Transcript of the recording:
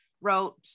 wrote